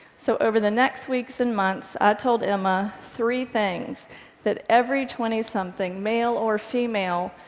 so over the next weeks and months, i told emma three things that every twentysomething, male or female,